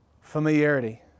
Familiarity